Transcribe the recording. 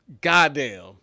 goddamn